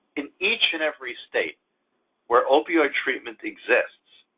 in each and every state where opioid treatment exists,